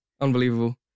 Unbelievable